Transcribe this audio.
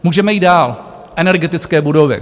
Můžeme jít dál energetické budovy.